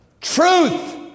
Truth